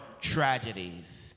tragedies